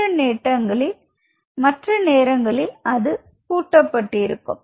மற்ற நேரங்களில் அது பூட்டப்பட்டிருக்கும்